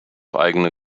eigene